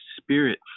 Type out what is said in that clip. spirit